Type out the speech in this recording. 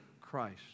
Christ